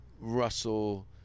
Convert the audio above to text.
russell